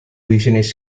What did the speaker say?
business